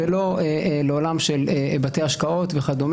ולא לעולם של בתי השקעות וכד'.